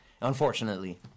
Unfortunately